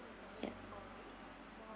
yup